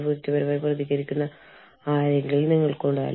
ഇനി പ്രാദേശിക പ്രശ്നങ്ങൾക്ക് എങ്ങനെയായിരിക്കും നിങ്ങൾ പരിഹരം കാണുന്നത്